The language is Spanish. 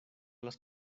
las